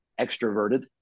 extroverted